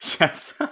Yes